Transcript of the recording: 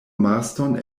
marston